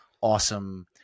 awesome